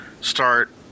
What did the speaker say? start